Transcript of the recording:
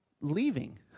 leaving